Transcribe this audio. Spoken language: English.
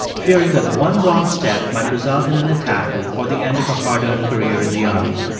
fearing that one wrong step might result in an attack or the end of a hard-earned career in the army.